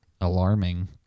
alarming